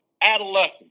adolescence